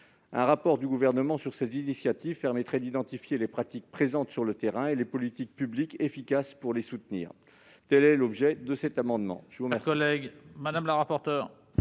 Un rapport du Gouvernement sur ces initiatives permettrait d'identifier les pratiques présentes sur le terrain et les politiques publiques efficaces pour les soutenir. Quel est l'avis de la commission ? Cet amendement,